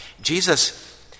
Jesus